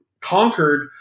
conquered